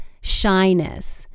shyness